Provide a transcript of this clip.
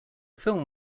film